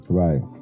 right